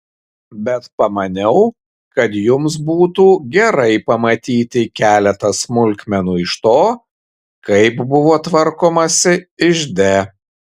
bet pamaniau kad jums būtų gerai pamatyti keletą smulkmenų iš to kaip buvo tvarkomasi ižde